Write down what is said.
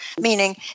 meaning